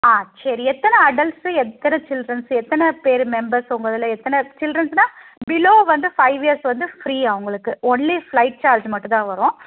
ஆ சரி எத்தனை அடல்ட்ஸ் எத்தனை சில்ட்ரன்ஸ் எத்தனை பேர் மெம்பர்ஸ் உங்கள் இதில் எத்தனை சில்ட்ரன்ஸ்ன்னா பிலோ வந்து ஃபைவ் இயர்ஸ் வந்து ஃப்ரீ அவங்களுக்கு ஒன்லி ஃப்ளைட் சார்ஜ் மட்டும் தான் வரும்